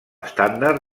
estàndard